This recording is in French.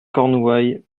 cornouaille